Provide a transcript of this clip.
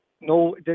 No